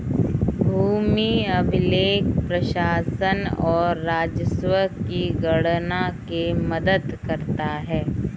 भूमि अभिलेख प्रशासन और राजस्व की गणना में मदद करता है